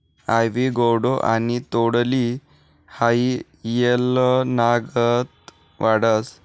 आइवी gourd आणि तोंडली हाई येलनागत वाढतस